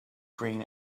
green